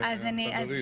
חבר הכנסת סעדי וגם מוסי.